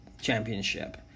Championship